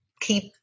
keep